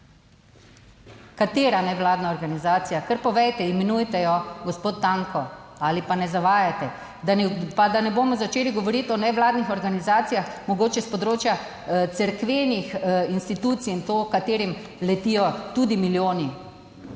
Katera nevladna organizacija, kar povejte, imenujte jo gospod Tanko ali pa ne zavajajte, pa da ne bomo začeli govoriti o nevladnih organizacijah, mogoče s področja cerkvenih institucij in to, katerim letijo tudi milijoni.